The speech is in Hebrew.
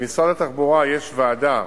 במשרד התחבורה יש ועדה